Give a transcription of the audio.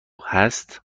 هست